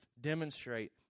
demonstrate